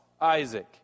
Isaac